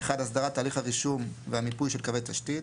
- הסדרת תהליך הרישום והמיפוי של קווי תשתית,